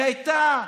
שהייתה